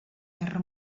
guerra